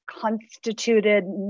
constituted